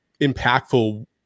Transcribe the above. impactful